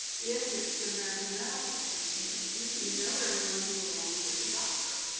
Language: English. if it's the american medical association, you know everyone who belongs is a doctor.